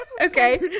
okay